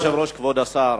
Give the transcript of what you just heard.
אדוני היושב-ראש, כבוד השר,